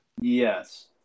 Yes